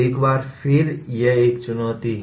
एक बार फिर यह एक चुनौती है